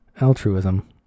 altruism